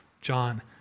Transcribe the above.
John